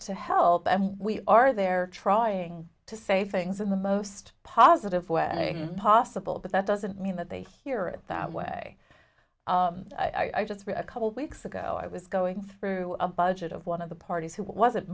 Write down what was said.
to help and we are there trying to say things in the most positive way possible but that doesn't mean that they hear it that way i just a couple of weeks ago i was going through a budget of one of the parties who wasn't